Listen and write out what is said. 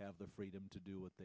have the freedom to do what